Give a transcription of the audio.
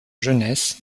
jeunesse